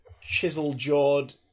chisel-jawed